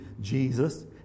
Jesus